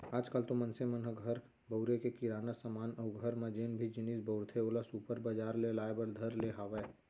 आज काल तो मनसे मन ह घर बउरे के किराना समान अउ घर म जेन भी जिनिस बउरथे ओला सुपर बजार ले लाय बर धर ले हावय